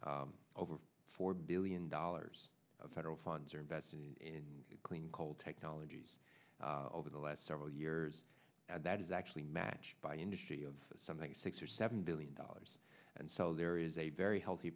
act over four billion dollars of federal funds are invested in clean coal technologies over the last several years and that is actually match by industry of something six or seven billion dollars and so there is a very healthy